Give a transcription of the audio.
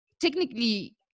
technically